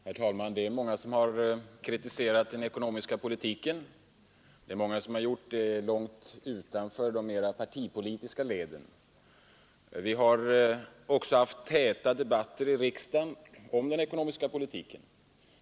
Herr talman! Det är många som har kritiserat den ekonomiska politiken, många utanför de rent partipolitiska leden. Vi har haft täta debatter i riksdagen om den ekonomiska politiken.